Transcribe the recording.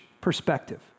perspective